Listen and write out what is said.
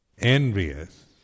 envious